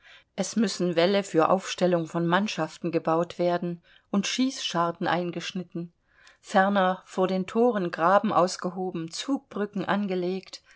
es müssen wälle für aufstellung von mannschaften gebaut werden und schießscharten eingeschnitten ferner vor den thoren graben ausgehoben zugbrücken angelegt